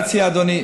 אדוני,